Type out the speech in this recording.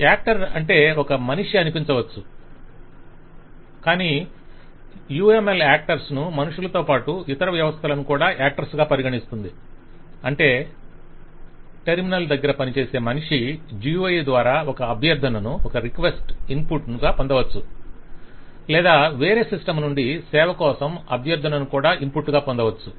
actor అంటే ఒక మనిషి అనిపించవచ్చు కానీ UML యాక్టర్స్ ను మనుషులతో పాటు ఇతర వ్యవస్థలు ను కూడా యాక్టర్స్ గా పరిగణిస్తుంది అంటే టెర్మినల్ దగ్గర పనిచేసే మనిషి GUI ద్వారా ఒక అభ్యర్థనను ఇన్పుట్ గా పొందవచ్చు లేదా వేరే సిస్టమ్ నుండి సేవ కోసం అభ్యర్థనన కూడా ఇన్పుట్ గా పొందవచ్చు